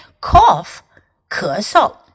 cough,咳嗽